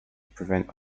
prevent